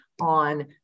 on